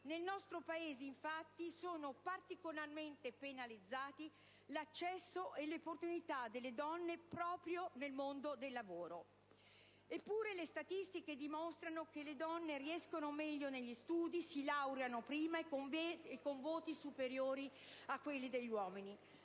Nel nostro Paese, infatti, sono particolarmente penalizzati l'accesso e le opportunità delle donne proprio nel mondo del lavoro. Eppure le statistiche dimostrano che le donne riescono meglio negli studi, si laureano prima e con voti superiori rispetto agli uomini.